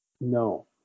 No